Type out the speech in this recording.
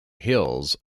hills